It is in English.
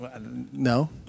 No